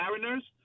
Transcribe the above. Mariners